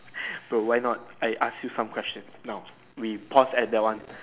but why not I ask you some question now we pause at that one